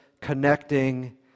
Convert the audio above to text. connecting